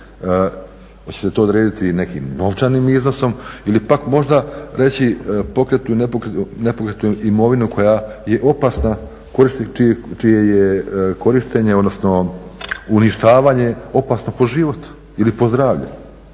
Hoće se to odrediti nekim novčanim iznosom ili pak možda reći pokretnu i nepokretnu imovinu koja je opasna, čije je korištenje odnosno uništavanje opasno po život ili po zdravlje.